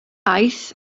aeth